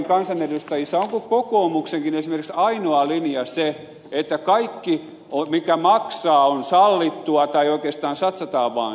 onko esimerkiksi kokoomuksenkin ainoa linja se että kaikki mikä maksaa on sallittua tai oikeastaan satsataan vaan siihen